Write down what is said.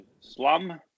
slum